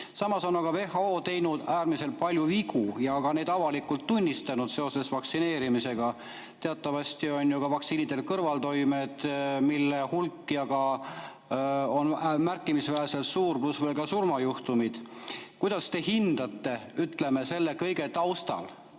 Samas on aga WHO teinud äärmiselt palju vigu ja ka neid avalikult tunnistanud seoses vaktsineerimisega. Teatavasti on vaktsiinidel kõrvaltoimed, mille hulk on märkimisväärselt suur, pluss veel ka surmajuhtumid. Kuidas te hindate, ütleme, selle kõige taustal